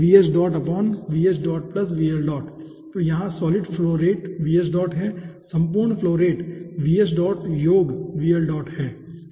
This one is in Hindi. तो यहाँ सॉलिड फ्लो रेट है और सम्पूर्ण फ्लो रेट योग है ठीक है